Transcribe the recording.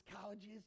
colleges